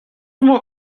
emañ